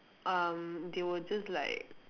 um they will just like